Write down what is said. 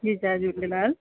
जी जय झूलेलाल